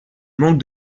manque